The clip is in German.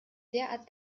derart